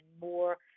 more